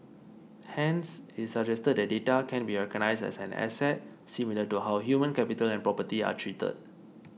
hence it suggested that data can be recognised as an asset similar to how human capital and property are treated